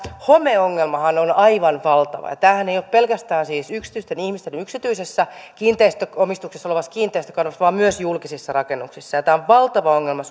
homeongelmahan on aivan valtava tämähän ei ole pelkästään yksityisten ihmisten yksityisessä omistuksessa olevissa kiinteistöissä vaan myös julkisissa rakennuksissa tämä on valtava ongelma